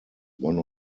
one